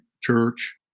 church